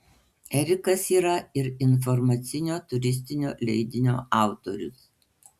erikas yra ir informacinio turistinio leidinio autorius